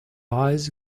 eyes